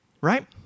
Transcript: Right